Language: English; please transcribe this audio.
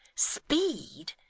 speed!